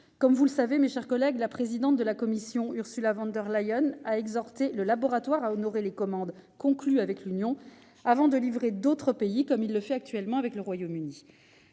Vous le savez, mes chers collègues, la présidente de la Commission, Ursula von der Leyen, a exhorté le laboratoire à honorer les contrats de commande conclus avec l'Union avant de livrer d'autres pays, comme il le fait actuellement avec le Royaume-Uni.